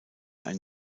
ein